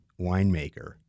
winemaker